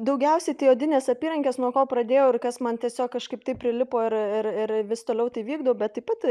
daugiausiai tai odinės apyrankės nuo ko pradėjau ir kas man tiesiog kažkaip taip prilipo ir ir vis toliau tai vykdau bet taip pat